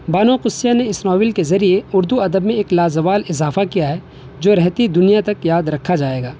بانو قدسیہ نے اس ناول کے ذریعے اردو ادب میں ایک لازوال اضافہ کیا ہے جو رہتی دنیا تک یاد رکھا جائے گا